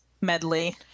medley